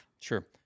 Sure